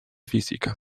fisica